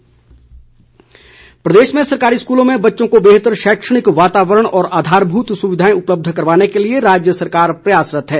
वीरेन्द्र कंवर प्रदेश में सरकारी स्कूलों में बच्चों को बेहतर शैक्षणिक वातावरण और आधारभूत सुविधाएं उपलब्ध करवाने के लिए राज्य सरकार प्रयासरत्त है